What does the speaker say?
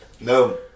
No